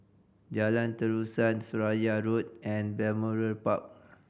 Jalan Terusan Seraya Road and Balmoral Park